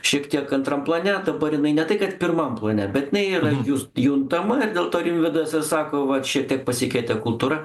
šiek tiek antram plane dabar jinai ne tai kad pirmam plane bet jinai yra jus juntama ir dėl to rimvydas ir sako vat šiek tiek pasikeitė kultūra